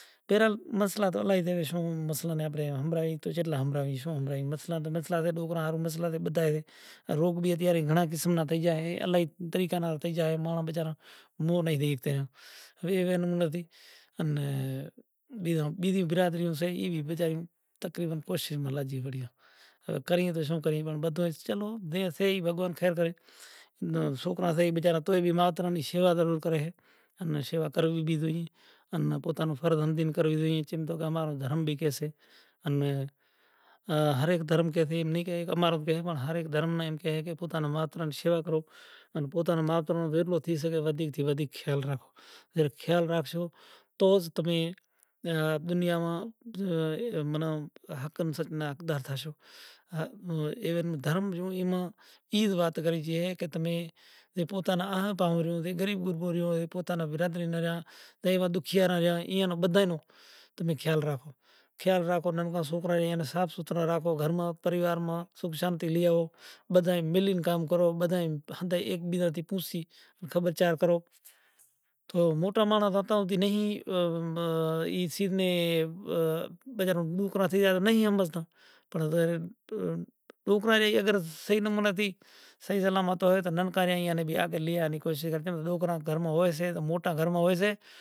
آئے کوئی ناں ڈیکرو سے آئینو کوئی ناں مات پتا شے پسے مانڑاں نی پوسے شے شے کہماں باپ کونڑ سے تا رے مانڑے کہیسے کہ اے تاراڈیو روہیداس تمارو کی سے تو کہے ماں رو ڈیکرو سے تو اوئے نیں نانگ کرڑی گیو سے تو ماتا تارا ڈے آوی زوئے کہ او تڑپی ریو سے۔ زا رے تڑپتو زوئے ما ہوئیسے تا رے سل ماں تھے کہ زو نو مہینڑا کوکھ ماں راکھے سے زا رے بالک ناں تھوڑی بھی تکلیف تھائیسے تو ما نی دلا ماتھے کیوی کیوی گزرے سے پنڑ زا رے پوتاں ڈیکراں نی ایوی حالت ماں بھانڑیو تو ماں وینکل تھئی گئی بھگوان تھیں وینتی کروا لاگی مہاتما تھیں وینتی کروا لاگیں پنڑ روہیڈاس نیں زہر سڑتو سڑتو نیٹھ ای سرشٹی ماں زاتو رہیسے مرتیو تھی زائیسے تو ہوے تو تھی گیو مرنڑو ہوے شمشان ماں لئی زانڑ بھی ضروری سے جم ماں را ماں مڑہ نے اتا رے امیں پرتھوی سما آلاساں پنڑ اماں را ماں